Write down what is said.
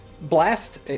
Blast